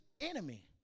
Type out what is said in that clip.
enemy